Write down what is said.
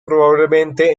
probablemente